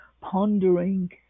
pondering